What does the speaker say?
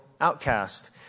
outcast